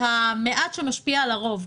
המעט שמשפיע על הרוב.